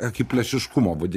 akiplėšiškumo vadi